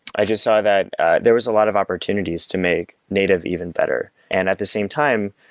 i just saw that there was a lot of opportunities to make native even better and at the same time,